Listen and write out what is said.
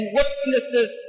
witnesses